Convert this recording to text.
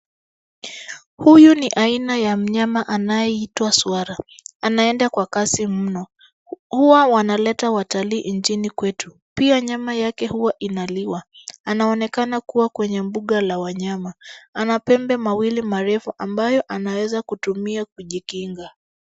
Huyu ni aina ya mnyama anayeitwa swara. Anaenda kwa kasi mno. Huwa wanaleta watalii nchini kwetu. Pia nyama yake huwa inaliwa. Anaonekana kuwa kwenye mbuga la wanyama. Ana pembe mawili marefu ambayo anaweza kutumia kujikinga.